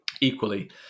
equally